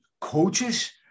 coaches